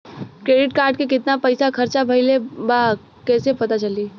Credit card के कितना पइसा खर्चा भईल बा कैसे पता चली?